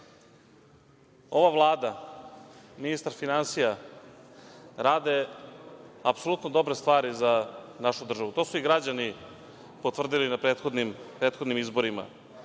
ova Vlada i ministar finansija rade apsolutno dobre stvari za našu državu. To su i građani potvrdili na prethodnim izborima. Ono